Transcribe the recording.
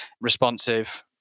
responsive